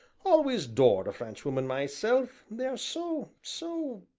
always dored a frenchwoman myself they're so so